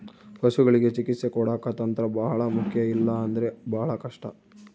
ಪಶುಗಳಿಗೆ ಚಿಕಿತ್ಸೆ ಕೊಡಾಕ ತಂತ್ರ ಬಹಳ ಮುಖ್ಯ ಇಲ್ಲ ಅಂದ್ರೆ ಬಹಳ ಕಷ್ಟ